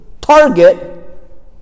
target